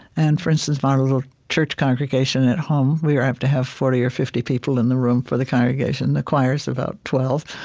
and, for instance, my little church congregation at home, we have to have forty or fifty people in the room for the congregation. the choir is about twelve.